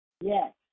Yes